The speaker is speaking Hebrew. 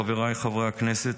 חבריי חברי הכנסת,